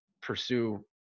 pursue